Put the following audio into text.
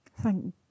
Thank